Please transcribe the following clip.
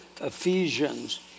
Ephesians